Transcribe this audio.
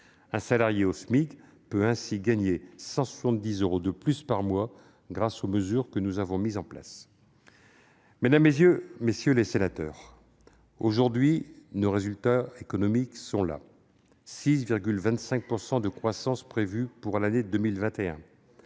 Un salarié au SMIC peut ainsi gagner 170 euros de plus par mois grâce aux mesures que nous avons mises en place. Mesdames, messieurs les sénateurs, aujourd'hui, nos résultats économiques sont là : une prévision de croissance de 6,25 % pour l'année 2021